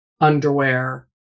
underwear